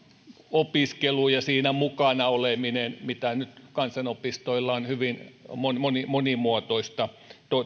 opiskelu ja siinä mukana oleminen mitä nyt kansanopistoilla on hyvin monimuotoista